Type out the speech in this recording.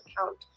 account